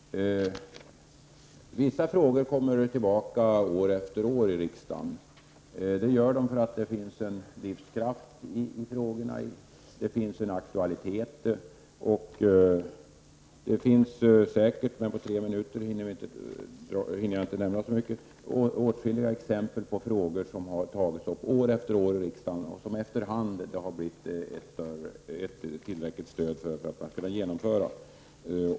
Vissa frågor kommer tillbaka år efter år i riksdagen. De gör det därför att det finns en viss kraft i dessa frågor, och det finns en aktualitet. Det finns säkert åtskilliga exempel på frågor som har tagits upp år efter år i riksdagen och som efter hand fått tillräckligt stöd så att de har kunnat genomföras.